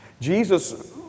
Jesus